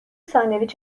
ساندویچ